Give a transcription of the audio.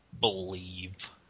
believe